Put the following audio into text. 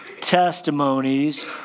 testimonies